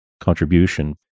contribution